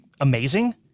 amazing